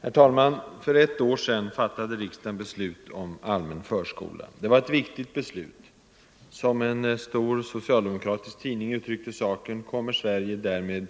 Herr talman! För ett år sedan fattade riksdagen beslut om allmän förskola. Det var ett viktigt beslut. Som en stor socialdemokratisk tidning uttryckte saken kommer Sverige därmed